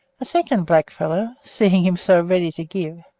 a second blackfellow, seeing him so ready to give,